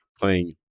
playing